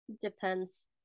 Depends